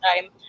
time